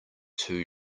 too